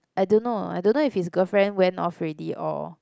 I don't know I don't know if his girlfriend went off already or